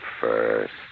first